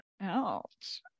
Ouch